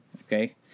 okay